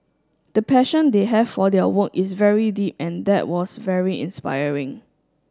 the passion they have for their work is very deep and that was very inspiring